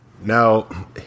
Now